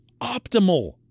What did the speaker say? optimal